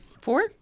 Four